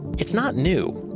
it's not new.